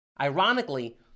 Ironically